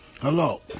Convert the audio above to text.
Hello